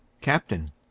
Captain